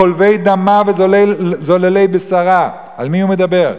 חולבי דמה וזוללי בשרה." על מי הוא מדבר?